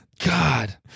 God